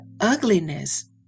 ugliness